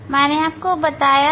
मैंने आपको बताया था